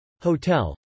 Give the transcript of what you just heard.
hotel